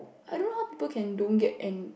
I don't know how people can don't get an